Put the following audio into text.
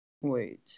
Wait